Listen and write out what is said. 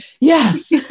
yes